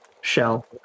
shell